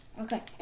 Okay